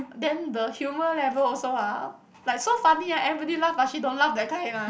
then the humour level also ah like so funny ah everybody laugh but she don't laugh that kind ah